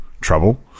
trouble